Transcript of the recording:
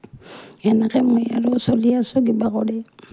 সেনেকৈ মই আৰু চলি আছোঁ কিবা কৰি